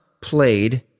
played